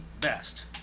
best